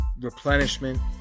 Replenishment